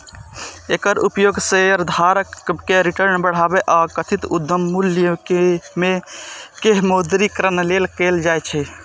एकर उपयोग शेयरधारक के रिटर्न बढ़ाबै आ कथित उद्यम मूल्य के मौद्रीकरण लेल कैल जाइ छै